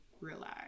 realize